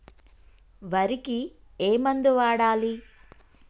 వరికి ఏ మందు వాడాలి?